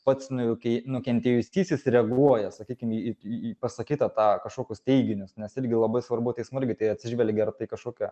pats nu jau kei nukentėjusysis reaguoja sakykim į į į pasakytą tą kažkokius teiginius nes irgi labai svarbu teismu irgi į tai atsižvelgia ar tai kažkokia